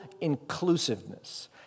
inclusiveness